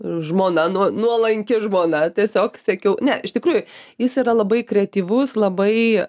žmona nuo nuolanki žmona tiesiog sekiau ne iš tikrųjų jis yra labai kreatyvus labai